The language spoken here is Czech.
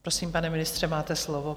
Prosím, pane ministře, máte slovo.